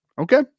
okay